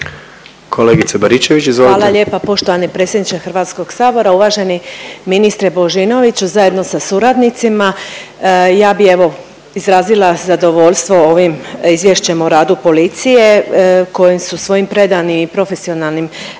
izvolite. **Baričević, Danica (HDZ)** Hvala lijepa poštovani predsjedniče HS-a. Uvaženi ministre Božinoviću zajedno sa suradnicima. Ja bi evo izrazila zadovoljstvo ovim izvješćem o radu policije koji su svojim predanim i profesionalnim